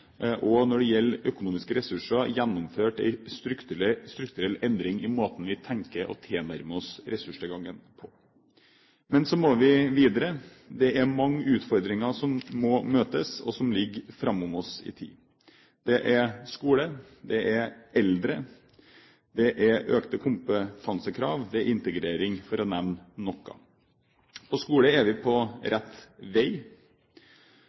Når det gjelder økonomiske ressurser, har vi gjennomført en strukturell endring i måten vi tenker å tilnærme oss ressurstilgangen på. Men så må vi videre. Det er mange utfordringer som må møtes, og som ligger framfor oss i tid. Det er skole, det er eldre, det er økte kompetansekrav, det er integrering, for å nevne noen. Når det gjelder skole, er vi på rett vei.